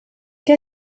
què